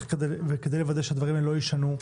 כדי לוודא שהדברים הללו לא יישנו,